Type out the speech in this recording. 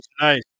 nice